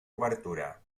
obertura